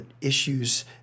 issues